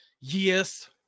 Yes